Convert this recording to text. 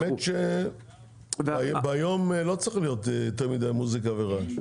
האמת שביום לא צריכים להיות יותר מדי מוזיקה ורעש.